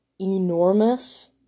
enormous